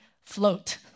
float